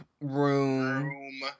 Room